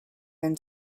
than